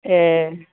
ए